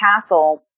castle